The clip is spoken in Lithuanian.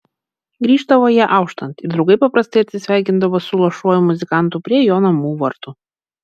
grįždavo jie auštant ir draugai paprastai atsisveikindavo su luošuoju muzikantu prie jo namų vartų